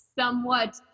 Somewhat